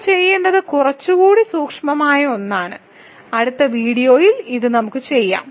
നമ്മൾ ചെയ്യേണ്ടത് കുറച്ചുകൂടി സൂക്ഷ്മമായ ഒന്നാണ് അടുത്ത വീഡിയോയിൽ ഇത് നമുക്ക് ചെയ്യാം